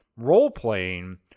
role-playing